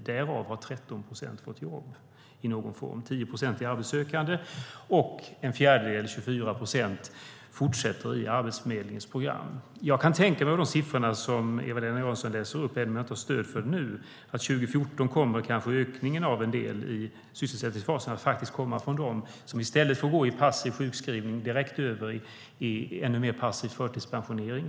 Därav har 13 procent fått jobb i någon form, 10 procent är arbetssökande och en fjärdedel, 24 procent, fortsätter i Arbetsförmedlingens program. När det gäller de siffror Eva-Lena Jansson läser upp kan jag tänka mig, även om jag inte har stöd för det nu, att ökningen av en del i sysselsättningsfasen 2014 faktiskt kommer att komma från dem i stället för dem som gått in passiv sjukskrivning och direkt över i ännu mer passiv förtidspensionering.